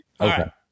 Okay